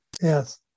Yes